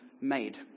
made